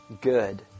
good